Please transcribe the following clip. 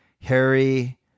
Harry